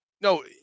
No